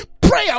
prayer